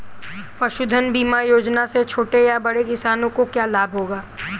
पशुधन बीमा योजना से छोटे या बड़े किसानों को क्या लाभ होगा?